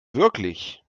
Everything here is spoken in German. wirklich